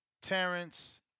Terrence